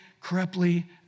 corruptly